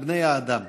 על בני האדם.